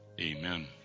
Amen